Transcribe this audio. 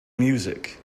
music